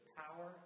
power